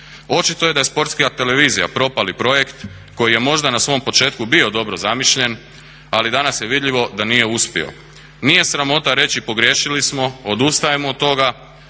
Očito je da je Sportska televizija propali projekt koji je možda na svom početku bio dobro zamišljen, ali danas je vidljivo da nije uspio. Nije sramota reći pogriješili smo, odustajemo od toga,